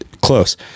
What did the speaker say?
Close